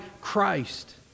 Christ